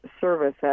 Service